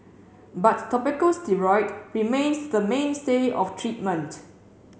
but topical steroid remains the mainstay of treatment